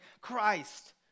Christ